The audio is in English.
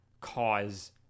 cause